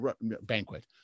banquet